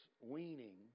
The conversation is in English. weaning